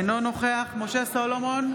אינו נוכח משה סולומון,